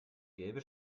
gelbe